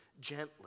gently